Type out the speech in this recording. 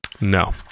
No